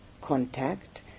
contact